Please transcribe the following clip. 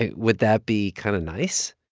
and would that be kind of nice?